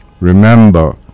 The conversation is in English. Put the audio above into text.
Remember